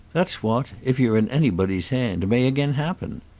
that's what if you're in anybody's hands may again happen.